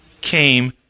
came